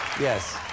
Yes